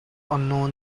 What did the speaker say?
unknown